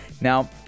Now